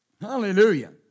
Hallelujah